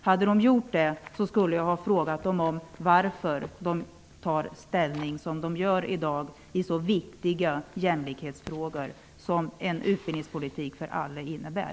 Om de hade gjort det skulle jag har frågat varför de tar ställning som de gör i dag i en så viktig jämlikhetsfråga som en utbildningspolitik för alla är.